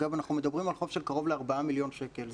אגב, אנחנו מדברים על חוב של קרוב ל-4 מיליון שקל.